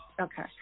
Okay